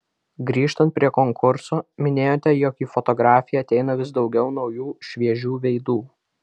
grįžtant prie konkurso minėjote jog į fotografiją ateina vis daugiau naujų šviežių veidų